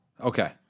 Okay